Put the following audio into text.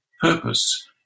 purpose